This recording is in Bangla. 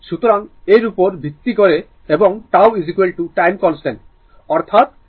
সুতরাং এর উপর ভিত্তি করে এবং τ টাইম কনস্ট্যান্ট অর্থাৎ C R